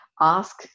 ask